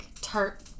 tart